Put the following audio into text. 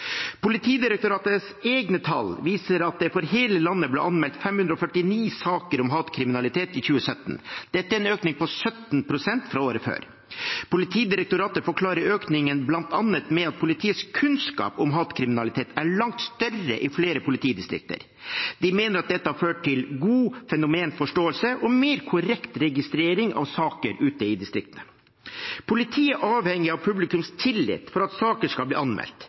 Politidirektoratets egne tall viser at det for hele landet ble anmeldt 549 saker om hatkriminalitet i 2017. Dette er en økning på 17 pst. fra året før. Politidirektoratet forklarer økningen bl.a. med at politiets kunnskap om hatkriminalitet er langt større i flere politidistrikter. De mener at dette har ført til god fenomenforståelse og mer korrekt registrering av saker ute i distriktene. Politiet er avhengig av publikums tillit for at saker skal bli anmeldt.